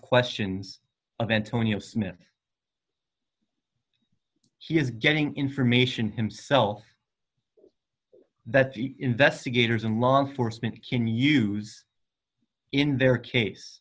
questions of antonio smith he is getting information himself that investigators and law enforcement can use in their case